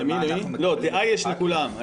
לא, דעה יש לכולם.